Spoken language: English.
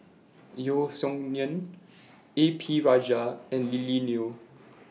Yeo Song Nian A P Rajah and Lily Neo